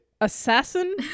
assassin